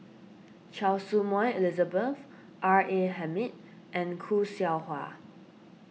Choy Su Moi Elizabeth R A Hamid and Khoo Seow Hwa